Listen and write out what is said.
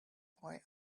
boy